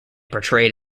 portrayed